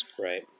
Right